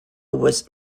was